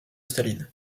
staline